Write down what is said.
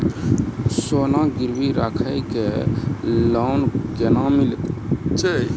सोना गिरवी राखी कऽ लोन केना मिलै छै?